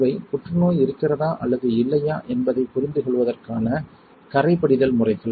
இவை புற்றுநோய் இருக்கிறதா அல்லது இல்லையா என்பதைப் புரிந்து கொள்வதற்கான கறை படிதல் முறைகள்